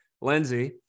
Lindsay